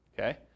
Okay